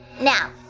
Now